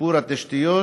שיפור התשתיות